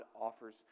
offers